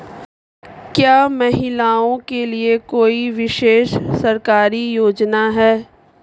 क्या महिलाओं के लिए कोई विशेष सरकारी योजना है?